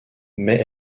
mais